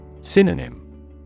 Synonym